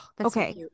Okay